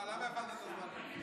למה הפעלת את הזמן?